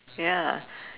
ya